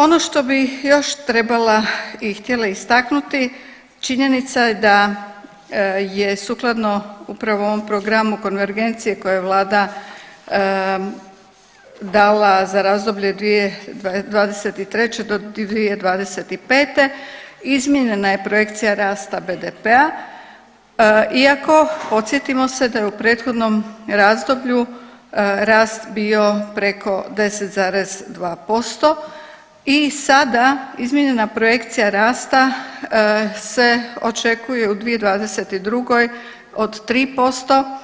Ono što bih još trebala i htjela istaknuti, činjenica je da je sukladno upravo ovom programu konvergencije koje je vlada dala za razdoblje 2023.-2025., izmijenjena je projekcija rasta BDP-a iako podsjetimo se da je u prethodnom razdoblju rast bio preko 10,2% i sada izmijenjena projekcija rasta se očekuje u 2022. od 3%,